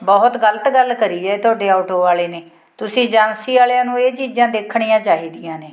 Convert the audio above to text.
ਬਹੁਤ ਗਲਤ ਗੱਲ ਕਰੀ ਹੈ ਤੁਹਾਡੇ ਆਟੋ ਵਾਲੇ ਨੇ ਤੁਸੀਂ ਏਜੰਸੀ ਵਾਲਿਆਂ ਨੂੰ ਇਹ ਚੀਜ਼ਾਂ ਦੇਖਣੀਆਂ ਚਾਹੀਦੀਆਂ ਨੇ